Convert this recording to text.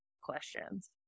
questions